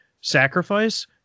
sacrifice